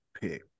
pick